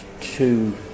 two